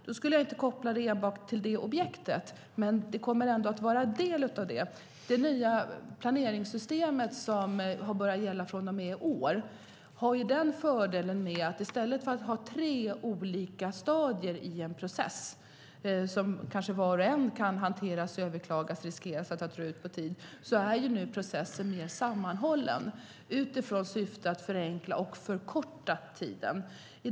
Jag skulle inte koppla frågan enbart till det objektet, men det kommer att vara en del av det hela. Det nya planeringssystemet som börjat gälla från och med i år har den fördelen att i stället för att ha tre olika stadier i en process, som kanske var och en kan överklagas och man därmed riskerar att det drar ut på tiden, är processen nu mer sammanhållen. Syftet med det är att förenkla samt att förkorta tiden.